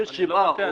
אני לא מטעה.